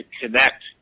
connect